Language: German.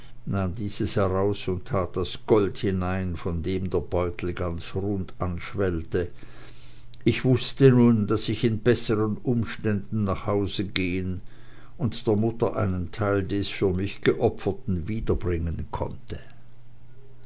dieses heraus und tat das gold hinein von dem der beutel ganz rund anschwellte ich wußte nun daß ich in bessern umständen nach hause gehen und der mutter einen teil des für mich geopferten wiederbringen konnte